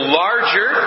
larger